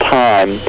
time